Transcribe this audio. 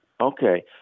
Okay